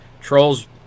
Trolls